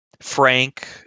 frank